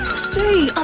stay!